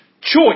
choice